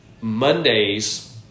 Mondays